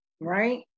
right